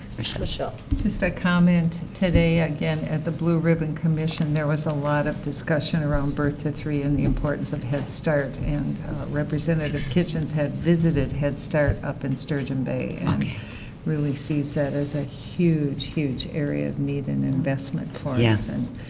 michelle. michelle just a comment, today again at the blue-ribbon commission there was a lot of discussion around birth through three and the importance of head start and representative kitchens had visited head start up in sturgeon bay and really sees that as a huge, huge area of need and investment for us.